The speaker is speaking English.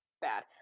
bad